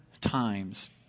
times